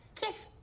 kiss.